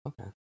okay